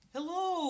Hello